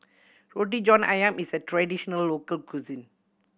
Roti John Ayam is a traditional local cuisine